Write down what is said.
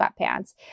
sweatpants